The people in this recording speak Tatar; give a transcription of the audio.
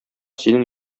синең